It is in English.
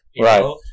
Right